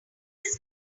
this